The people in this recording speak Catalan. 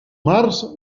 març